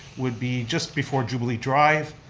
would be just before jubilee drive,